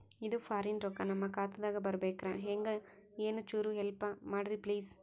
ಇದು ಫಾರಿನ ರೊಕ್ಕ ನಮ್ಮ ಖಾತಾ ದಾಗ ಬರಬೆಕ್ರ, ಹೆಂಗ ಏನು ಚುರು ಹೆಲ್ಪ ಮಾಡ್ರಿ ಪ್ಲಿಸ?